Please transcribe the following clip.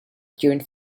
during